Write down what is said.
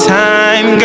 time